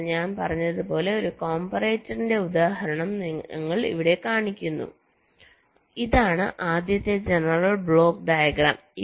അതിനാൽ ഞാൻ പറഞ്ഞതുപോലെ ഒരു കംപറേറ്ററിന്റെ ഉദാഹരണം ഞങ്ങൾ ഇവിടെ കാണിക്കുന്നു ഇതാണ് ആദ്യത്തെ ജനറൽ ബ്ലോക്ക് ഡയഗ്രം